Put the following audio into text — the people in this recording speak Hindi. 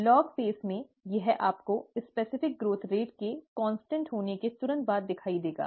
लॉग चरण में यह आपको विशिष्ट विकास दर के स्थिर होने के तुरंत बाद दिखाई देगा